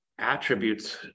attributes